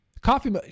Coffee